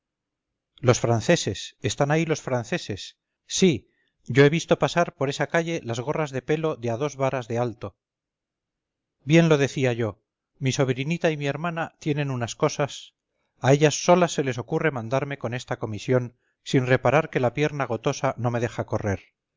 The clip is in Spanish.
los franceses están ahí los franceses sí yo he visto pasar por esa calle las gorras de pelo de a dos varas de alto bien lo decía yo mi sobrinita y mi hermana tienen unas cosas a ellas solas se les ocurre mandarme con esta comisión sin reparar que la pierna gotosa no me deja correr